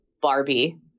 Barbie